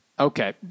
Okay